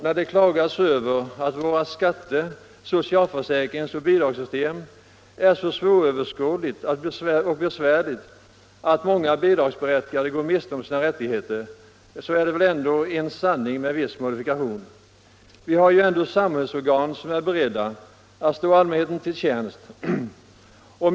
När det klagas över att våra skatte-, socialförsäkrings-och bidragssystem är så svåröverskådliga och besvärliga att många bidragsberättigade går miste om sina rättigheter, vill jag nog påstå att detta är en sanning med viss modifikation. Vi har ju ändå samhällsorgan som är beredda att stå allmänheten till tjänst.